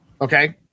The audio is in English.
Okay